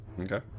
Okay